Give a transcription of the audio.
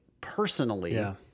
personally